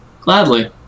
Gladly